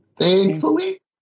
Thankfully